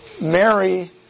Mary